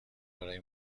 برای